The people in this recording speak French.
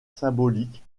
symbolique